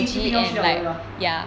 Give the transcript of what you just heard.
一一定要去的对吗 lah